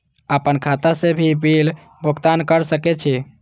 आपन खाता से भी बिल भुगतान कर सके छी?